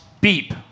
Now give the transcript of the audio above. Beep